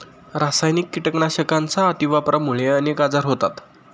रासायनिक कीटकनाशकांच्या अतिवापरामुळे अनेक आजार होतात